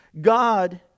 God